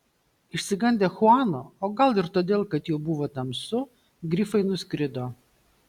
išsigandę chuano o gal ir todėl kad jau buvo tamsu grifai nuskrido